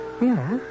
Yes